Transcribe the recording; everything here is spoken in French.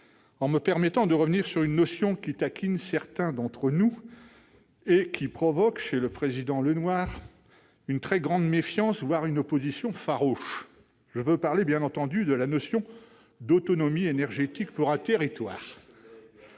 de la démarche, en revenant sur une notion qui taquine certains d'entre nous et qui provoque, chez le président Lenoir, une très grande méfiance, voire une opposition farouche : je veux parler, bien entendu, de la notion « d'autonomie énergétique pour un territoire.